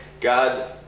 God